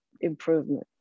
improvement